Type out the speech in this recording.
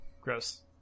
Gross